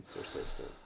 persistent